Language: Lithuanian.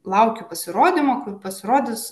laukiu pasirodymo kur pasirodys